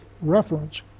reference